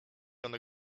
one